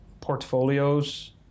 portfolios